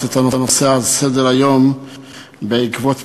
את הנושא על סדר-היום בעקבות פנייתי.